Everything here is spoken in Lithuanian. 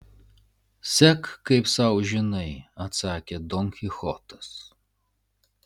sek kaip sau žinai atsakė don kichotas